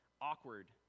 awkward